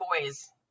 boys